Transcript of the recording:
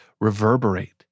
reverberate